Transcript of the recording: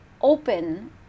open